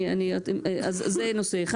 אז זה נושא אחד.